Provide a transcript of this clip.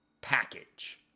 package